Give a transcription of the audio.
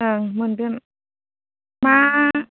ओं मोनगोन मा